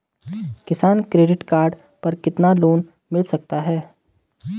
किसान credit card पर कितना लोंन मिल सकता है?